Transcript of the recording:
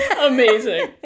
Amazing